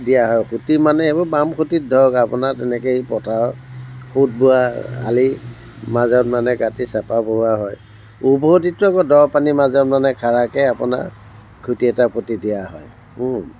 দিয়া হয় সুঁতি মানে সেইবোৰ বাম সুঁতিত ধৰক আপোনাৰ তেনেকৈ এই পথাৰত সোঁত বোৱা আলিৰ মাজত মানে কাটি চেপা বহোৱা হয় ওভতিটো আকৌ দ' পানীৰ মাজত মানে খাৰাকৈ আপোনাৰ খুঁটি এটা পুঁতি দিয়া হয়